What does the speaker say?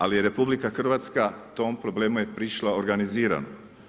Ali je RH tom problemu je prišla organizirano.